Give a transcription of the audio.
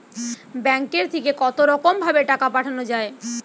ব্যাঙ্কের থেকে কতরকম ভাবে টাকা পাঠানো য়ায়?